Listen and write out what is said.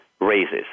raises